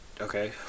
Okay